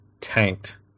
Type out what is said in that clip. tanked